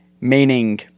Meaning